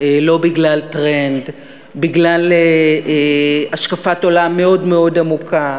לא בגלל טרנד, בגלל השקפת עולם מאוד מאוד עמוקה,